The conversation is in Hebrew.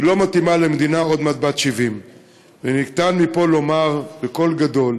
לא מתאימה למדינה שהיא עוד מעט בת 70. ניתן מפה לומר בקול גדול